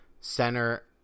center